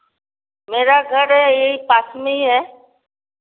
मेरा घर यहीं पास में ही है